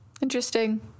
Interesting